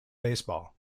baseball